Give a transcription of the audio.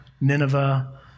Nineveh